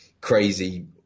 crazy